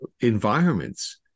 environments